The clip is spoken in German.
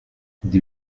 die